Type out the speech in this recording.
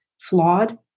flawed